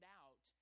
out